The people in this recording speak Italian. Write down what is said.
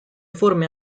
forme